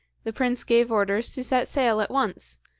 the prince gave orders to set sail at once,